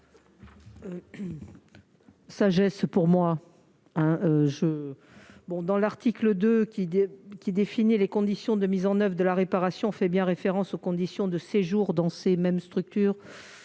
l'avis du Gouvernement ? L'article 2, qui définit les conditions de mise en oeuvre de la réparation, fait bien référence aux conditions de « séjour » dans ces mêmes structures.